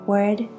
Word